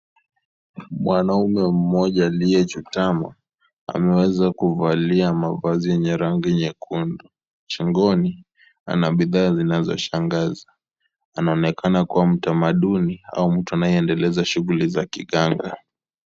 Mwanamume mmoja aliyechuta ameweza kuvalia mavazi yenye rangi nyekundu . Shingoni ana bidhaa zinazoshangaza anaonekana kuwa mtamaduni au mtu anayeendeleza shughuli za kiganga .